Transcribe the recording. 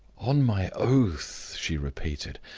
on my oath! she repeated,